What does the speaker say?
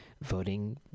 voting